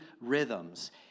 rhythms